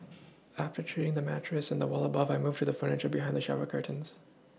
after treating the mattress and the Wall above I moved to the furniture behind the shower curtains